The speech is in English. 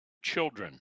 children